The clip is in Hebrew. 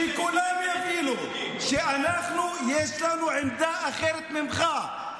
שכולם יבינו שיש לנו עמדה אחרת ממך.